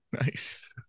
Nice